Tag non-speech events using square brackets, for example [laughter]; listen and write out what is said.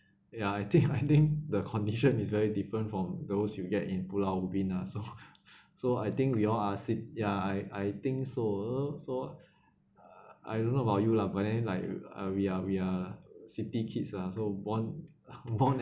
ya I think I think the condition is very different from those you get in pulau ubin lah so [laughs] so I think we all are sit ya I I think so so I don't know about you lah but then like uh we are we are city kids lah so born born